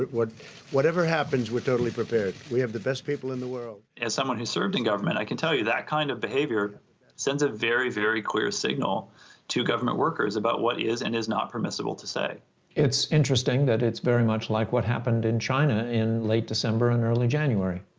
but whatever happens, we're totally prepared. we have the best people in the world. as someone who served in government, i can tell you, that kind of behavior sends a very, very clear signal to government workers about what is and is not permissible to say. smith it's interesting that it's very much like what happened in china in late december and early january.